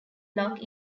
log